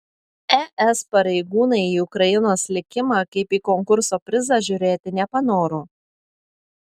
es pareigūnai į ukrainos likimą kaip į konkurso prizą žiūrėti nepanoro